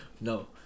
No